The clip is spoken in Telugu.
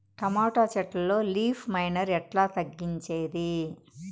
టమోటా చెట్లల్లో లీఫ్ మైనర్ ఎట్లా తగ్గించేది?